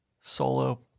solo